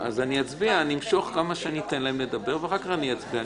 אני אמשוך כמה שאני אתן להם לדבר ואחר כך אני אצביע.